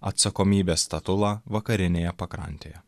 atsakomybės statulą vakarinėje pakrantėje